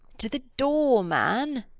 to the door, man.